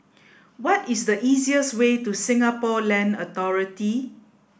what is the easiest way to Singapore Land Authority